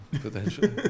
Potentially